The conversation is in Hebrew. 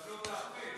הזדמנות להחמיץ.